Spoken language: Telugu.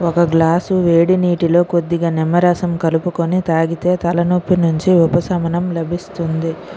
ఒక గ్లాసు వేడి నీటిలో కొద్దిగా నిమ్మరసం కలుపుకొని తాగితే తలనొప్పి నుంచి ఉపశమనం లభిస్తుంది